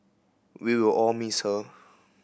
we will all miss her